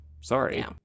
Sorry